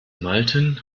malten